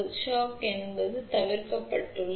F சாக்ஸ் எவ்வாறு தவிர்க்கப்பட்டது என்று பார்ப்போம்